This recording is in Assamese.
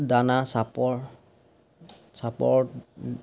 দানা চাপৰ চাপৰত